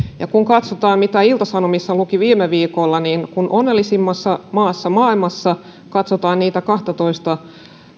ja kun katsotaan mitä ilta sanomissa luki viime viikolla niin kun maailman onnellisimmassa maassa maassa katsotaan niitä kahtatoista